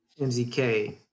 MZK